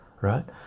right